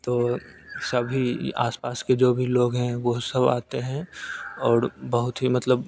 तो सभी आसपास के जो भी लोग हैं वो सब आते हैं और बहुत ही मतलब